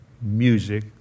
music